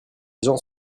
gens